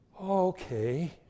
Okay